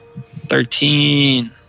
Thirteen